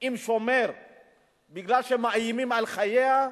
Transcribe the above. עם שומר בגלל שמאיימים על חייה,